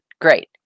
great